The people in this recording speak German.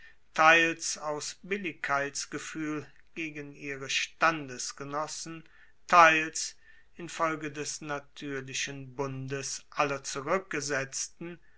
teils aus billigkeitsgefuehl gegen ihre standesgenossen teils infolge des natuerlichen bundes aller zurueckgesetzten